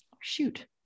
shoot